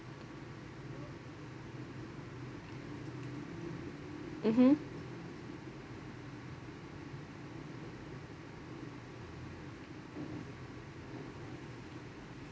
mmhmm